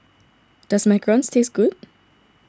does Macarons taste good